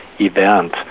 event